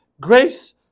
Grace